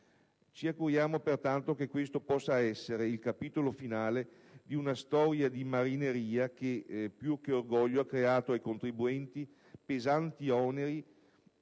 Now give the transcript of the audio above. Ci auguriamo pertanto che questo possa essere il capitolo finale di una storia di marineria che, più che orgoglio, ha creato ai contribuenti pesanti oneri,